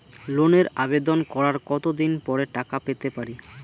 লোনের আবেদন করার কত দিন পরে টাকা পেতে পারি?